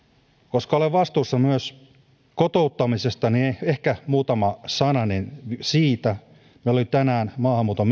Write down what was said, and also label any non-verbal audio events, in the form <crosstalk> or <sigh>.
koska olen vastuussa myös kotouttamisesta niin ehkä muutama sananen siitä meillä oli tänään maahanmuuton <unintelligible>